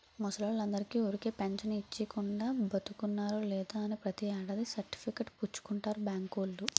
ముసలోల్లందరికీ ఊరికే పెంచను ఇచ్చీకుండా, బతికున్నారో లేదో అని ప్రతి ఏడాది సర్టిఫికేట్ పుచ్చుకుంటారు బాంకోల్లు